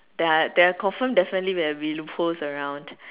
there are there are confirm definitely there will be loopholes around